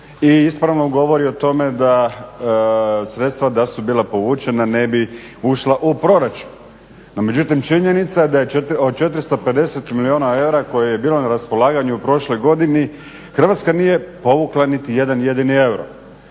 i ispravno govori o tome da sredstva da su bila povučena ne bi ušla u proračun. Međutim činjenica da je od 450 milijuna eura koje je bilo na raspolaganju u prošloj godini Hrvatska nije povukla niti jedan jedini euro.